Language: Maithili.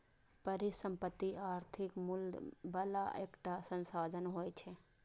परिसंपत्ति आर्थिक मूल्य बला एकटा संसाधन होइ छै